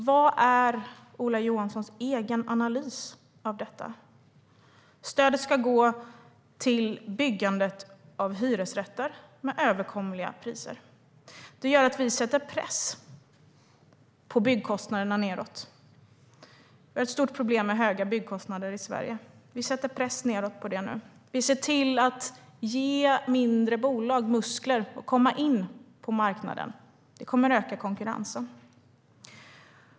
Vad är Ola Johanssons egen analys av detta? Stödet ska gå till byggandet av hyresrätter med överkomliga priser. Det gör att vi sätter press på byggkostnaderna nedåt. Vi har ett stort problem med höga byggkostnader i Sverige. Vi sätter press nedåt på det nu. Vi ser till att ge mindre bolag muskler att komma in på marknaden. Det kommer att öka konkurrensen.